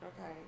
Okay